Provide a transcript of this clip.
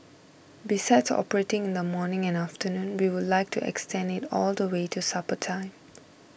besides operating in the morning and afternoon we would like to extend it all the way to supper time